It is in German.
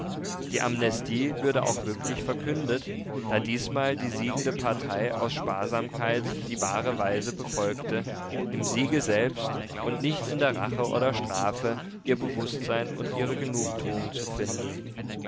die amnestie würde auch wirklich verkündet da diesmal die siegende partei aus sparsamkeit die wahre weise befolgte im siege selbst und nicht in der rache oder strafe ihr bewußtsein und ihre genugtuung zu finden